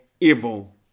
evil